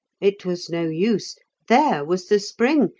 it was no use there was the spring,